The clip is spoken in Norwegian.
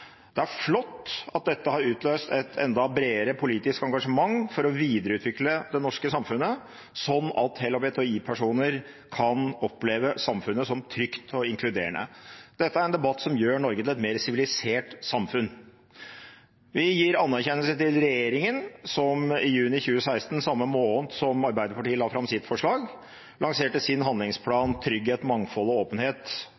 Det er flott at dette har utløst et enda bredere politisk engasjement for å videreutvikle det norske samfunnet, slik at LHBTI-personer kan oppleve samfunnet som trygt og inkluderende. Dette er en debatt som gjør Norge til et mer sivilisert samfunn. Vi gir anerkjennelse til regjeringen, som i juni 2016, samme måned som Arbeiderpartiet la fram sitt forslag, lanserte sin